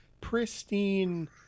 pristine